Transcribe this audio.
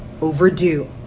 overdue